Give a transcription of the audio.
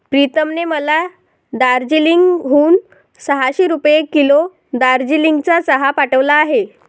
प्रीतमने मला दार्जिलिंग हून सहाशे रुपये किलो दार्जिलिंगचा चहा पाठवला आहे